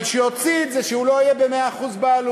אבל שיוציא את זה, שהוא לא יהיה ב-100% בעלות.